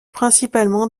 principalement